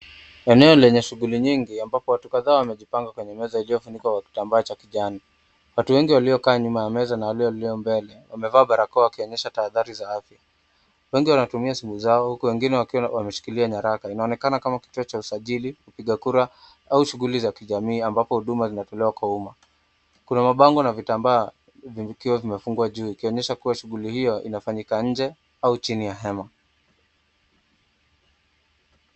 Eneo lenye shughuli nyingi ambapo watu kadhaa wamejipanga kwenye meza iliyofunikwa kwa kitamba cha kijani. Watu wengi waliokaa nyuma ya meza na wale walio mbele wamevaa barakoa wakionyesha tahadhari za afya wengi wanatumia simu zao huku wengine wakiwa wameshikilia nyaraka. Inaonekana kama kituo cha usajili kupiga kura au shughuli za kijamii ambapo huduma zinatolewa kwa umma kuna mabango na vitambaa vikiwa vimefungwa juu kuonyesha shughuli hiyo inafanyika inje au chini ya hema.